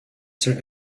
sir